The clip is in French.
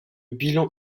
bilan